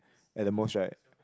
at the most right